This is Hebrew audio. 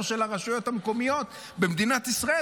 של הרשויות המקומיות במדינת ישראל",